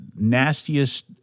nastiest